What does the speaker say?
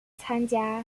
参加